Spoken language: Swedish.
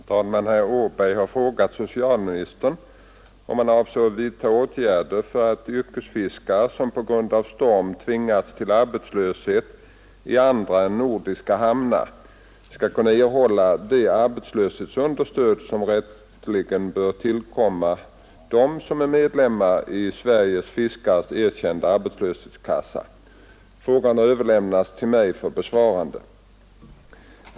Herr talman! Herr Åberg har frågat socialministern om han avser att vidta åtgärder för att yrkesfiskare, som på grund av storm tvingas till arbetslöshet i andra än nordiska hamnar, skall kunna erhålla det arbetslöshetsunderstöd som rätteligen bör tillkomma dem som är medlemmar i Sveriges fiskares erkända arbetslöshetskassa. Frågan har överlämnats till mig för besvarande.